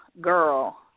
girl